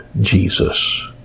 Jesus